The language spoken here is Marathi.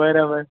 बरं बरं